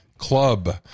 club